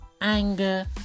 anger